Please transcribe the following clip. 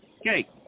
Okay